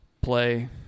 play